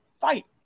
fight